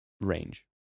range